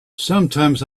sometimes